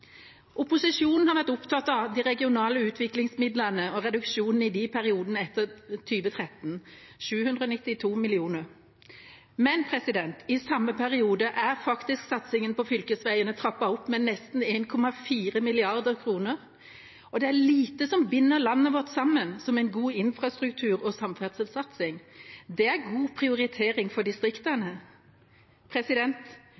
Opposisjonen har vært opptatt av de regionale utviklingsmidlene og reduksjonen i periodene etter 2013 på 792 mill. kr. Men i samme periode er faktisk satsingen på fylkesveiene trappet opp med nesten 1,4 mrd. kr, og det er lite som binder landet vårt sammen som en god infrastruktur- og samferdselssatsing. Det er god prioritering for